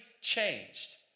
changed